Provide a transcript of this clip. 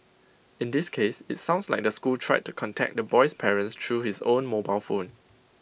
in this case IT sounds like the school tried to contact the boy's parents through his own mobile phone